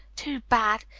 too bad!